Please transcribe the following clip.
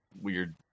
weird